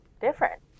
different